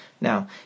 Now